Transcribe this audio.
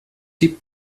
die